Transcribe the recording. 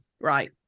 Right